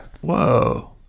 Whoa